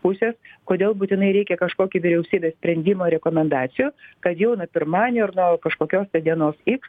pusės kodėl būtinai reikia kažkokį vyriausybės sprendimo rekomendacijų kad jau nuo pirmadienio ar nuo kažkokios tai dienos iks